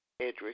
Edric